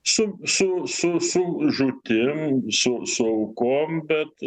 su su su su žūtim su su aukom bet